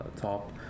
top